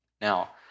Now